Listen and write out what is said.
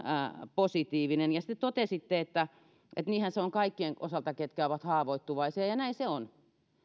positiivinen ja sitten totesitte että niinhän se on kaikkien osalta ketkä ovat haavoittuvaisia näin se on